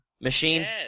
machine